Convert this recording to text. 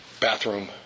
bathroom